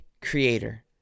creator